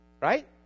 right